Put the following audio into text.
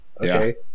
okay